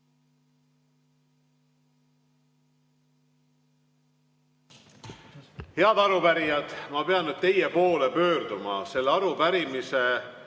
Head arupärijad, ma pean nüüd teie poole pöörduma. Selle arupärimise